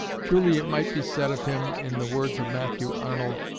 truly it might be said of him, in the words of matthew arnold